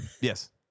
Yes